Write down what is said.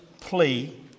plea